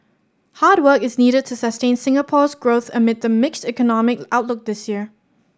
hard work is needed to sustain Singapore's growth amid the mixed economic outlook this year